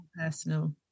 Personal